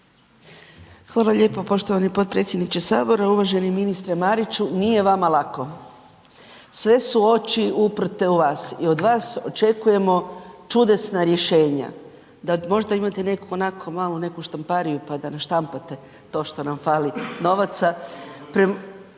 Hvala lijepo poštovani potpredsjedniče Sabora. Uvaženi ministre Mariću. Nije vama lako, sve su oči uprte od vas i od vas očekujemo čudesna rješenja, da možda imate neku onako malo neku štampariju pa da naštampate to što nam fali novaca,